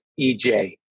EJ